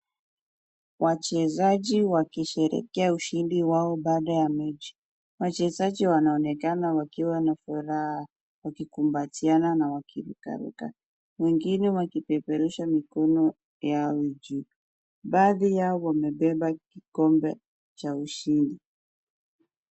Wachezaji wakisherehekea ushindi wao baada ya mechi. Wachezaji wanaonekana wakiwa na furaha wakikumbatiana na wakirukaruka, wengine wakipeperusha mikono yao juu. Baadhi yao wamebeba kikombe cha ushindi.